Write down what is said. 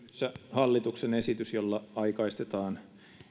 hallituksen esitys jolla aikaistetaan